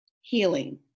Healing